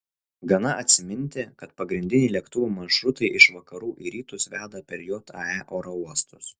gana atsiminti kad pagrindiniai lėktuvų maršrutai iš vakarų į rytus veda per jae oro uostus